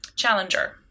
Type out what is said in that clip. challenger